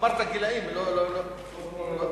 אמרת גילים, לא תפסתי.